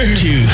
two